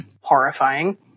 horrifying